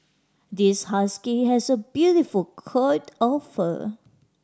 this husky has a beautiful coat of fur